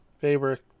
favorite